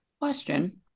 Question